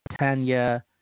Tanya